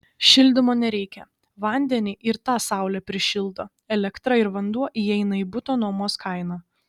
šildymo nereikia vandenį ir tą saulė prišildo elektra ir vanduo įeina į buto nuomos kainą